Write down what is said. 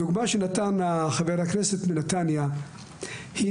הדוגמה שנתן חבר הכנסת מנתניה היא